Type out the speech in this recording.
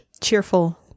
Cheerful